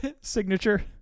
signature